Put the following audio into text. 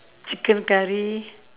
chicken curry